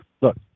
Look